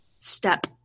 step